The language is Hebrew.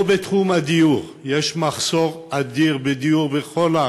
לא בתחום הדיור, יש מחסור אדיר בדיור בכל הארץ.